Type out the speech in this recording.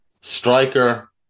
Striker